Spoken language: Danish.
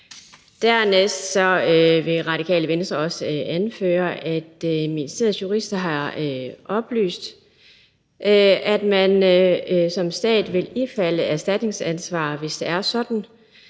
Dernæst vil Radikale Venstre også anføre, at ministeriets jurister har oplyst, at man som stat vil ifalde erstatningsansvar, hvis det er sådan,